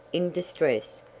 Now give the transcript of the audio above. in distress,